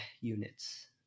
units